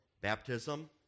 Baptism